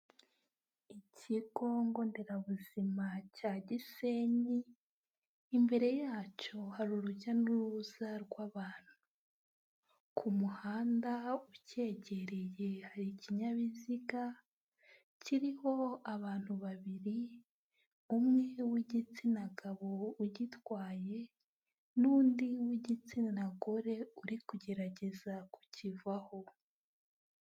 Ikigo nderabuzima cya Gisenyi, imbere yacyo hari urujya n'uruza rw'abantu. Ku muhanda ucyegereye hari ikinyabiziga, kiriho abantu babiri, umwe w'igitsina gabo ugitwaye, n'undi w'igitsina gore, uri kugerageza kukivaho.